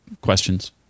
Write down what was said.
questions